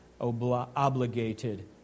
obligated